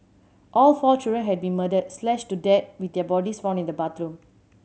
all four children had been murdered slashed to death with their bodies found in the bathroom